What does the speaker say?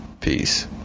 peace